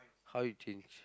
how you change